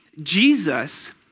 Jesus